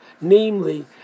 namely